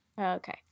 Okay